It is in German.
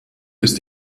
ist